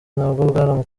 nabwo